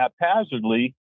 haphazardly